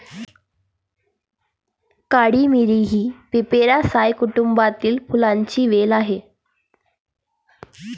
काळी मिरी ही पिपेरासाए कुटुंबातील फुलांची वेल आहे